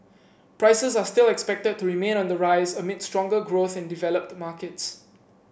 prices are still expected to remain on the rise amid stronger growth in developed markets